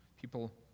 people